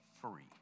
free